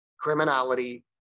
criminality